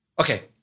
Okay